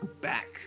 back